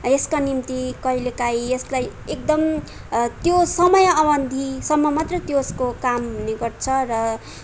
यसका निम्ति कहिले कहीँ यसलाई एकदम त्यो समय अवधिसम्म मात्रै त्यसको काम हुनेगर्छ र